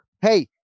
hey